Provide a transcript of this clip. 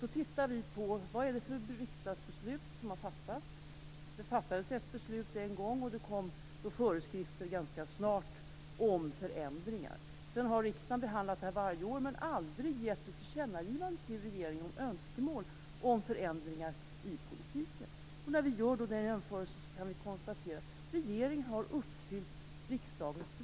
Då tittar vi på vilket riksdagsbeslut som har fattats. Det fattades ett beslut en gång, och det kom föreskrifter ganska snart därefter om förändringar. Sedan har riksdagen behandlat den här frågan varje år men aldrig gjort ett tillkännagivande till regeringen om önskemål om förändringar i politiken. När vi gör den jämförelsen kan vi konstatera att regeringen har uppfyllt riksdagens beslut.